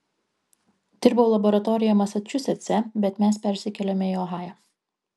dirbau laboratorijoje masačusetse bet mes persikėlėme į ohają